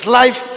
life